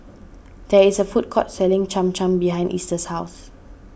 there is a food court selling Cham Cham behind Easter's house